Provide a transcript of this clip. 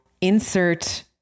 insert